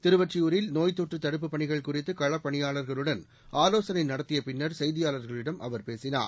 திருவொற்றியூரில் நோய்த் தொற்று தடுப்புப் பணிகள் குறித்து களப்பணியாளர்களுடன் ஆலோசனை நடத்திய பின்னர் செய்தியாளர்களிடம் அவர் பேசினார்